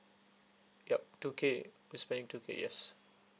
yup two K I spend two K yes